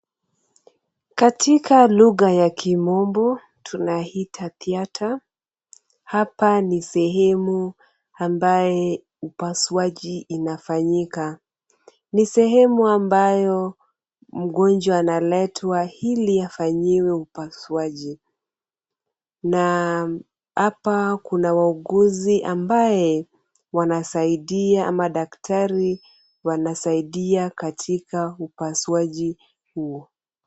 Katika lugha ya Kimombo tunaita theater . Hapa ni sehemu ambayo upasuaji inafanyika. Ni sehemu ambayo mgonjwa analetwa ili afanyiwe upasuaji na hapa kuna wauguzi ambaye wanasaidia, ama daktari wanasaidia katika upasuaji huo.